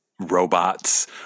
robots